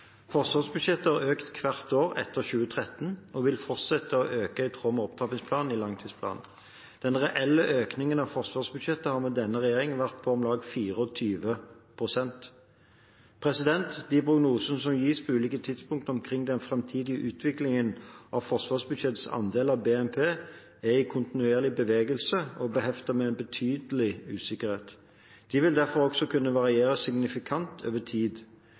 har økt hvert år etter 2013 og vil fortsette å øke i tråd med opptrappingen i langtidsplanen. Den reelle økningen av forsvarsbudsjettet har med denne regjeringen vært på om lag 24 pst. De prognosene som gis på ulike tidspunkt omkring den framtidige utviklingen i forsvarsbudsjettets andel av BNP, er i kontinuerlig bevegelse og beheftet med en betydelig usikkerhet. De vil derfor også kunne variere signifikant over tid.